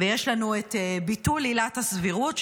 ויש לנו את ביטול עילת הסבירות,